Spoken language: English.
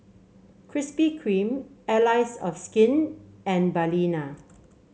Krispy Kreme Allies of Skin and Balina